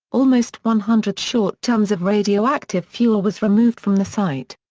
almost one hundred short tons of radioactive fuel was removed from the site.